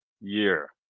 year